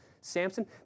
Samson